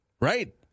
Right